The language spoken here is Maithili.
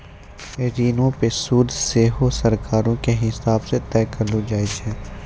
ऋणो पे सूद सेहो सरकारो के हिसाब से तय करलो जाय छै